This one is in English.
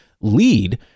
lead